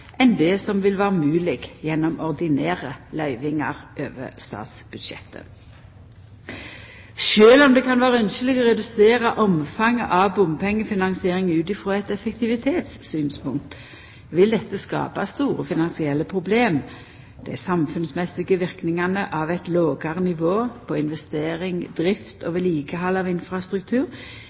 enn det som ville vera mogleg gjennom ordinære løyvingar over statsbudsjettet. Sjølv om det kan vera ynskjeleg å redusera omfanget av bompengefinansiering ut frå eit effektivitetssynspunkt, vil dette skapa store finansielle problem. Dei samfunnsmessige verknadene av eit lågare nivå på investering, drift og vedlikehald av infrastruktur